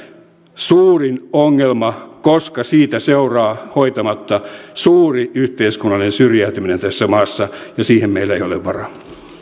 suurin ongelma koska hoitamatta siitä seuraa suuri yhteiskunnallinen syrjäytyminen tässä maassa ja siihen meillä ei ole varaa